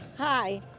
Hi